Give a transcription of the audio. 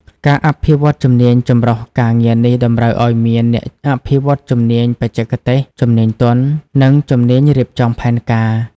ការអភិវឌ្ឍជំនាញចម្រុះការងារនេះតម្រូវឱ្យមានអ្នកអភិវឌ្ឍជំនាញបច្ចេកទេស ជំនាញទន់ និងជំនាញរៀបចំផែនការ។